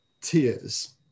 tears